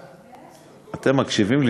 אתם מקשיבים לי?